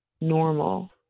normal